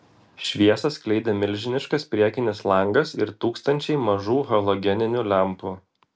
šviesą skleidė milžiniškas priekinis langas ir tūkstančiai mažų halogeninių lempų